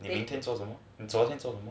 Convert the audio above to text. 你明天做什么你昨天做什么